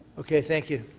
okay. thank you.